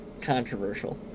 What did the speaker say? Controversial